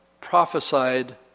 prophesied